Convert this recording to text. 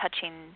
touching